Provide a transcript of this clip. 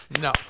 No